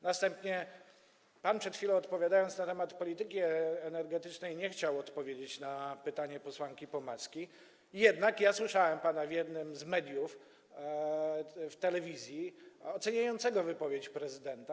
Następnie pan przed chwilą, odpowiadając na temat polityki energetycznej, nie chciał odpowiedzieć na pytanie posłanki Pomaskiej, jednak słyszałem pana w jednym z mediów, w telewizji, oceniającego wypowiedź prezydenta.